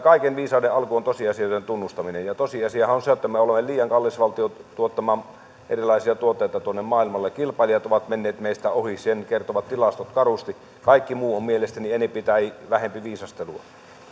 kaiken viisauden alku on tosiasioiden tunnustaminen ja tosiasiahan on se että me olemme liian kallis valtio tuottamaan erilaisia tuotteita tuonne maailmalle kilpailijat ovat menneet meistä ohi sen kertovat tilastot karusti kaikki muu on mielestäni enempi tai vähempi viisastelua